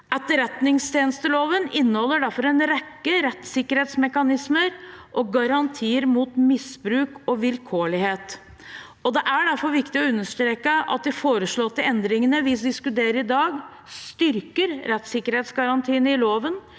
Etterretningstjenesteloven inneholder derfor en rekke rettssikkerhetsmekanismer og garantier mot misbruk og vilkårlighet. Det er derfor viktig å understreke at de foreslåtte endringene vi diskuterer i dag, styrker rettssikkerhetsgarantiene i loven